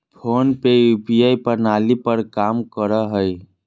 phone पे UPI प्रणाली पर काम करो हय